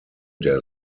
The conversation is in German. der